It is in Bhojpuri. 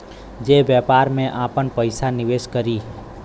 जे व्यापार में आपन पइसा निवेस करी